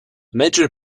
major